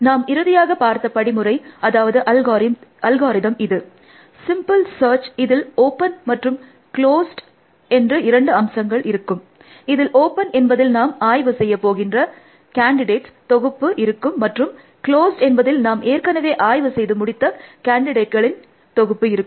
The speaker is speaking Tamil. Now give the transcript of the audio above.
நாம் இறுதியாக பார்த்த படிமுறை இது சிம்பிள் சர்ச் இதில் ஓப்பன் மற்றும் க்ளோஸ்ட் என்று இரண்டு அம்சங்கள் இருக்கும் இதில் ஓப்பன் என்பதில் நாம் ஆய்வு செய்ய போகின்ற கேன்டிடேட்களின் தொகுப்பு இருக்கும் மற்றும் க்ளோஸ்ட் என்பதில் நாம் ஏற்கெனவே ஆய்வு செய்து முடித்த கேன்டிடேட்களின் தொகுப்பு இருக்கும்